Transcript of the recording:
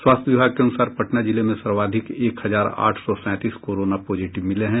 स्वास्थ्य विभाग के अनुसार पटना जिले में सर्वाधिक एक हजार आठ सौ सैंतीस कोरोना पॉजिटिव मिले हैं